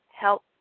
help